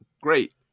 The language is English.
great